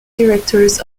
directors